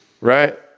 right